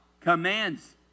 Commands